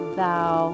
thou